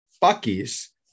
Bucky's